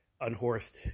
unhorsed